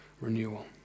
renewal